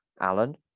Alan